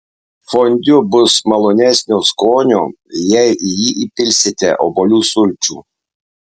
fondiu bus malonesnio skonio jei į jį įpilsite obuolių sulčių